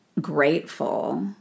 grateful